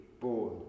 born